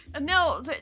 No